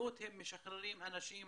שבקלות הם משחררים אנשים